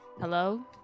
hello